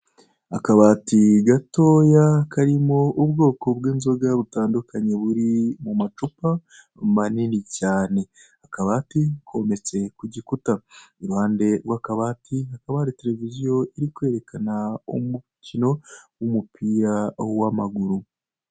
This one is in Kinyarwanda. Akabati gatoya karimo ubwoko bw'inzoga butandukanye buri mu macupa manini cyane, akabati kometse ku gikuta, iruhande rw'akabati hakaba hari televiziyo iri kwerekana umukino w'umupira w'amaguru.